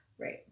Right